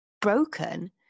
broken